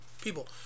people